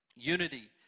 Unity